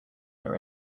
are